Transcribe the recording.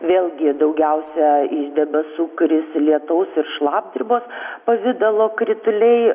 vėlgi daugiausia iš debesų kris lietaus ir šlapdribos pavidalo krituliai